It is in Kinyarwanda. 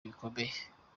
bikomeye